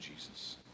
Jesus